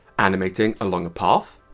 animating along a path.